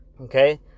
okay